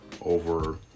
over